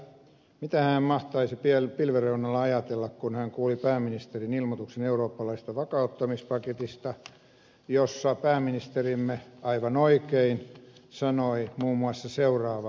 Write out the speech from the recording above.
mitä hän mahtoi pilven reunalla ajatella kun hän kuuli pääministerin ilmoituksen eurooppalaisesta vakauttamispaketista jossa pääministerimme aivan oikein sanoi muun muassa seuraavaa